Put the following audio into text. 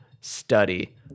study